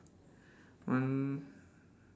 one